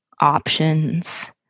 options